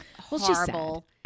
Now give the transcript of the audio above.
horrible